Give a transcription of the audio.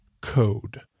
code